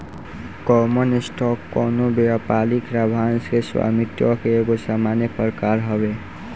common stock कवनो व्यापारिक लाभांश के स्वामित्व के एगो सामान्य प्रकार हवे